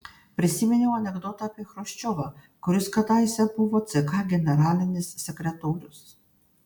prisiminiau anekdotą apie chruščiovą kuris kadaise buvo ck generalinis sekretorius